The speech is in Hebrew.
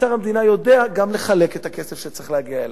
אוצר המדינה יודע גם לחלק את הכסף שצריך להגיע אליו,